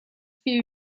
few